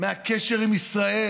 מהקשר עם ישראל